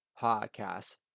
podcast